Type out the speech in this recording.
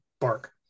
bark